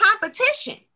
competition